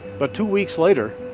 but two weeks later,